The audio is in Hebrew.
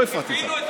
אני לא הפרעתי לך.